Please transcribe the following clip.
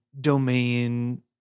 domain